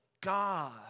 God